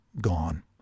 gone